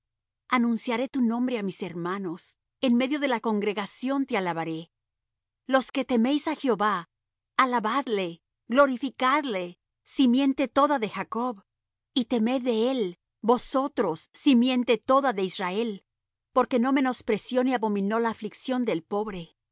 anunciaré tu nombre á mis hermanos en medio de la congregación te alabaré los que teméis á jehová alabadle glorificadle simiente toda de jacob y temed de él vosotros simiente toda de israel porque no menospreció ni abominó la aflicción del pobre ni de